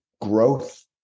growth